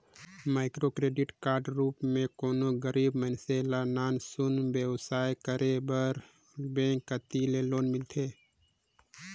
micro credit कर रूप में कोनो गरीब मइनसे ल नान सुन बेवसाय करे बर बेंक कती ले लोन मिलथे